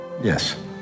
Yes